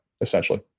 essentially